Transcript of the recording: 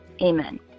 Amen